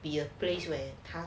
be a place where